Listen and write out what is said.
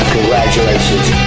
Congratulations